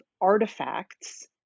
artifacts